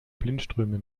blindströme